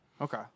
Okay